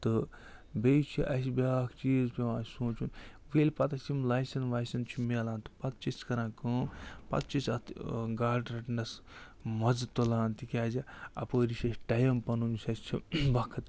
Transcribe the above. تہٕ بیٚیہِ چھِ اَسہِ بیٛاکھ چیٖز پٮ۪وان سونٛچُن وۄنۍ ییٚلہِ پتہٕ اَسہِ یِم لایسٮ۪ن وایسٮ۪ن چھِ مِلان تہٕ پتہٕ چھِ أسۍ کران کٲم پتہٕ چھِ أسۍ اَتھ گاڈٕ رَٹنَس مَزٕ تُلان تِکیٛازِ اَپٲری چھِ أسۍ ٹایم پَنُن یُس اَسہِ چھِ وقت